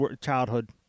Childhood